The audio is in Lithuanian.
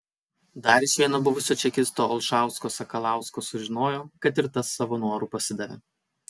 dar iš vieno buvusio čekisto olšausko sakalausko sužinojo kad ir tas savo noru pasidavė